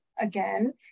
again